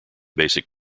basic